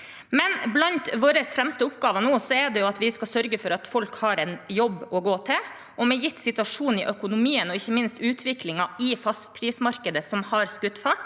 Men blant våre fremste oppgaver nå er å sørge for at folk har en jobb å gå til, og gitt situasjon i økonomien og ikke minst utviklingen i fastprismarkedet, som har skutt fart,